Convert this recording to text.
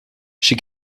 she